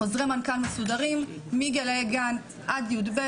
חוזרי מנכ"ל מסודרים מגילאי הגן עד לי"ב,